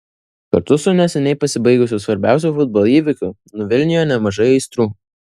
kartu su neseniai pasibaigusiu svarbiausiu futbolo įvykiu nuvilnijo nemažai aistrų